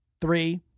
three